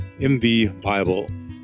mvbible